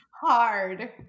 Hard